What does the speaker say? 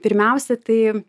pirmiausia tai